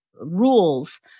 rules